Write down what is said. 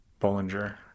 Bollinger